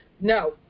No